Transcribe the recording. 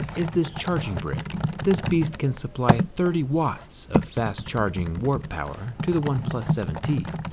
is this charging brick. this beast can supply thirty watts of fast charging warp power to the oneplus seven t.